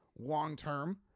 long-term